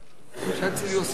פרצה שהיום אנשים,